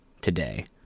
today